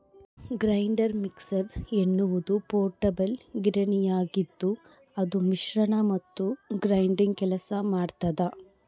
grinder mixer ಎನ್ನುವುದು portable ಗಿರಣಿಯಾಗಿದ್ದುಅದು ಮಿಶ್ರಣ ಮತ್ತು ಗ್ರೈಂಡಿಂಗ್ ಕೆಲಸ ಮಾಡ್ತದ